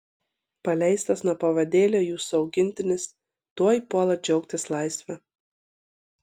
paleistas nuo pavadėlio jūsų augintinis tuoj puola džiaugtis laisve